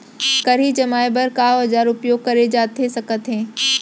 खरही जमाए बर का औजार उपयोग करे जाथे सकत हे?